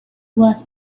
was